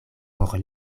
por